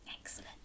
Excellent